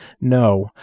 No